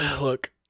Look